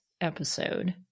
episode